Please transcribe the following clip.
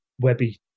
webby